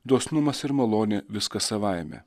dosnumas ir malonė viskas savaime